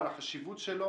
על החשיבות שלו,